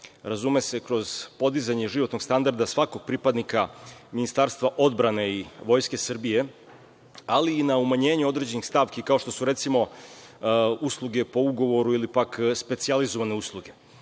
razume se kroz podizanje životnog standarda svakog pripadnika Ministarstva odbrane i Vojske Srbije, ali i na umanjenje određenih stavki kao što su, recimo, usluge po ugovoru ili pak specijalizovane usluge.Zašto